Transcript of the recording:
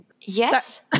Yes